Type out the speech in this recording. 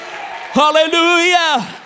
Hallelujah